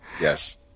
Yes